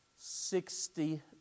Sixty